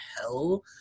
hell